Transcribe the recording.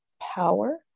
power